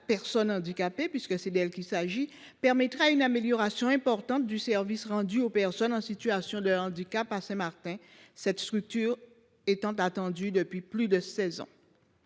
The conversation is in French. personnes handicapées, puisque c’est d’elle qu’il s’agit, permettra une amélioration importante du service rendu aux personnes en situation de handicap. À Saint Martin, cette structure est attendue depuis plus de seize ans.